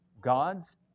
God's